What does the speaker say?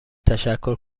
تشکر